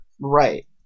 right